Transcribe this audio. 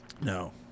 No